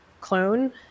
clone